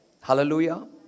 Hallelujah